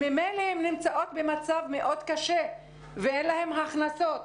שממילא נמצאות במצב מאוד קשה ואין להן הכנסות.